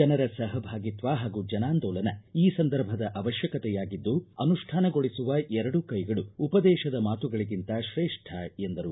ಜನರ ಸಹಭಾಗಿತ್ವ ಹಾಗೂ ಜನಾಂದೋಲನ ಈ ಸಂದರ್ಭದ ಅವಶ್ಯಕತೆಯಾಗಿದ್ದು ಅನುಷ್ನಾನಗೊಳಿಸುವ ಎರಡು ಕ್ಷೆಗಳು ಉಪದೇಶದ ಮಾತುಗಳಿಗಿಂತ ಶ್ರೇಷ್ನ ಎಂದರು